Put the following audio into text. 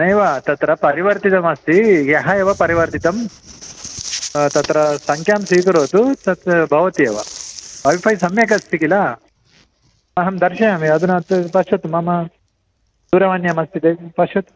नैव तत्र परिवर्तितमस्ति ह्यः एव परिवर्तितं तत्र सङ्ख्यां स्वीकरोतु तद् भवति एव वैफ़ै सम्यक् अस्ति किल अहं दर्शयामि अधुना तु पश्यतु मम दूरवाण्याम् अस्ति पश्यतु